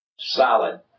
solid